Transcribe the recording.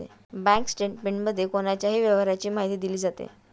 bank स्टेटमेंटमध्ये कोणाच्याही व्यवहाराची माहिती दिली जाते